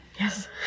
Yes